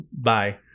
bye